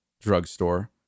drugstore